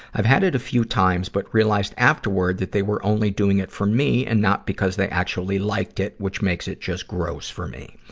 i've had it a few times, but realized afterward that they were only doing it for me and not because they actually liked it, which makes it just gross for me.